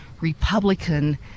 Republican